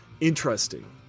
Interesting